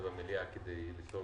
אולי כדאי,